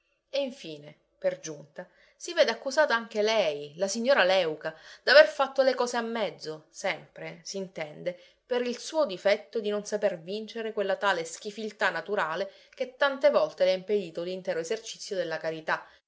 e infine per giunta si vede accusata anche lei la signora léuca d'aver fatto le cose a mezzo sempre s'intende per il suo difetto di non saper vincere quella tale schifiltà naturale che tante volte le ha impedito l'intero esercizio della carità